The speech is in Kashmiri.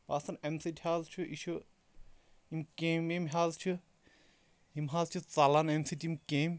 باسان اَمہِ سۭتۍ حظ چھُ یہِ چھُ یِم کیٚمۍ ویٚمۍ حظ چھِ یِم حظ چھِ ژَلان اَمہِ سۭتۍ یِم کیٚمۍ